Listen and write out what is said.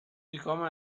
become